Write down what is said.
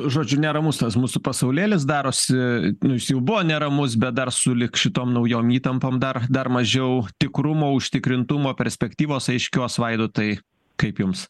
žodžiu neramus tas mūsų pasaulėlis darosi nu jis jau buvo neramus bet dar sulig šitom naujom įtampom dar dar mažiau tikrumo užtikrintumo perspektyvos aiškios vaidotai kaip jums